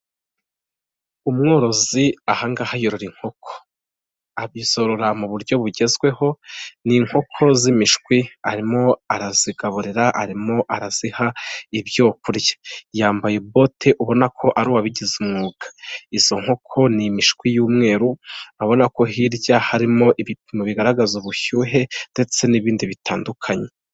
Umworozi aha ngaha yorora inkoko. Azorora mu buryo bugezweho n'inkoko z'imishwi arimo arazigaburira arimo araziha ibyo kurya. Yambaye bote ubona ko ari uwabigize umwuga izo nkoko n'imishwi y'umweru abona ko hirya harimo ibipimo bigaragaza ubushyuhe ndetse n'ibindi bitandukanye.